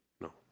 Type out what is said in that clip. No